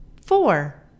four